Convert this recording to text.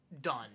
done